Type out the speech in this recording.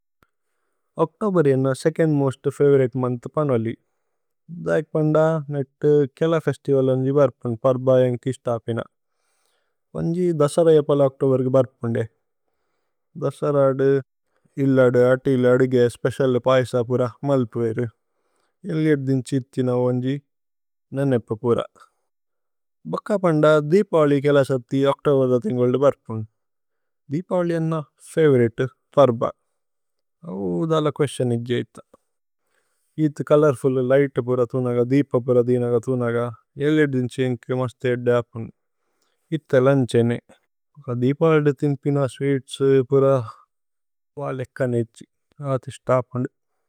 ഓക്തോബരി ഏന്ന second most favourite month പന്ദ്വലി। ധൈക് പന്ദ നേത് കേല ഫേസ്തിവല് അന്ജി ബര്പുന് പര്ബ। ഏന്കി ഇസ്ത അപിന അന്ജി ദസരയ പല ഓക്തോബരിഗേ। ബര്പുന്ദേ ദസരദു, ഹിലദു, അതിലദുഗേ, സ്പേചിഅലേ। പയസ പുര മല്പു വേരു ഏല്ലി ഏദ്ദിന് ഛിഥിന। അന്ജി നനേപ്പു പുര ഭുക്ക പന്ദ ദീപവലി കേല। സത്ഥി ഓക്തോബദ തിന്ഗല്ദേ ബര്പുന് ദീപവലി ഏന്ന। ഫവോരിതേ പര്ബ പര്ബ ഊദല കുഏസ്തിഓന് ഏന്ജി ഏത്ത। ഇത്ത ചോലോര്ഫുല് ലിഘ്ത് പുര തുനഗ ദീപ പുര। ദിനഗ തുനഗ ഏല്ലി ഏദ്ദിന് ഛിന്കി മസ്തേ ഏദ്ദ। അപുന്ദു ഇത്ത ലുന്ഛ് ഏന്നേ ഭുക്ക ദീപവലി തിന്പിന। സ്വീത്സ് പുര വാല് ഏക്ക നേത്ജി അതിശ്ത അപുന്ദു।